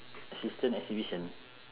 assistant exhibition